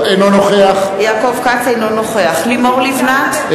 אינו נוכח לימור לבנת,